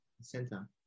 center